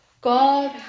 God